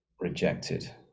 rejected